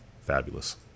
fabulous